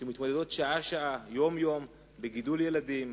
שמתמודדות שעה-שעה, יום-יום, עם גידול ילדים,